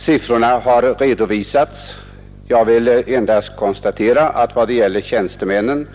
Siffrorna för dem har redovisats, och jag konstaterar nu bara att vad gäller tjänstemännen